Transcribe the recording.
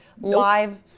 live